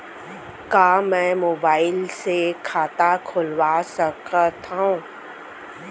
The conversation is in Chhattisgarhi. का मैं मोबाइल से खाता खोलवा सकथव?